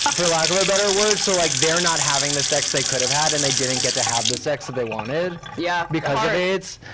um for lack of a better word. so, like they're not having the sex they could have had, and they didn't get to have the sex that they wanted yeah because of aids.